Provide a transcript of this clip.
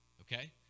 Okay